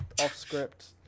off-script